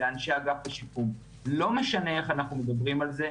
לאנשי אגף השיקום: לא משנה איך אנחנו מדברים על זה,